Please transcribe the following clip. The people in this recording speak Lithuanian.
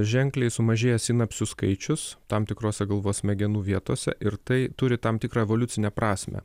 ženkliai sumažėja sinapsių skaičius tam tikrose galvos smegenų vietose ir tai turi tam tikrą evoliucinę prasmę